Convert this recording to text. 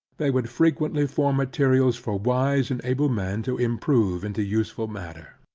they would frequently form materials for wise and able men to improve into useful matter.